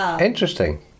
Interesting